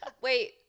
Wait